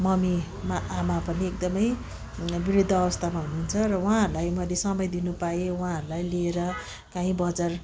mummy मा आमा पनि एकदमै वृद्ध अवस्थामा हुनुहुन्छ र उहाँहरूलाई मैले समय दिनु पाएँ उहाँहरूलाई लिएर कहीँ बजार